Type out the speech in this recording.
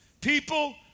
People